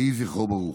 יהי זכרו ברוך.